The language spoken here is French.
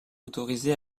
autorisés